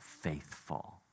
faithful